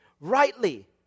rightly